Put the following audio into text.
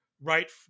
Right